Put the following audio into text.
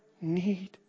need